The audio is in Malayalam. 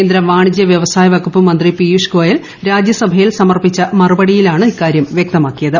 കേന്ദ്രപ്പിട്ടാണ്ടിജ്യ വ്യവസായ വകുപ്പ് മന്ത്രി പിയുഷ് ഗോയൽ രാജ്യസഭയിൽ സ്മർപ്പിച്ച മറുപടിയിലാണ് ഇത് വ്യക്തമാക്കിയത്